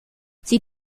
sie